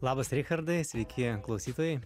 labas richardai sveiki klausytojai